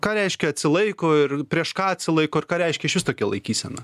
ką reiškia atsilaiko ir prieš ką atsilaiko ir ką reiškia išvis tokia laikysena